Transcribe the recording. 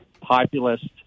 populist